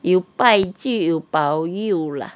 有拜就有保佑 lah